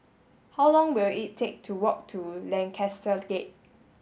how long will it take to walk to Lancaster Gate